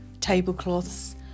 tablecloths